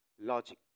logic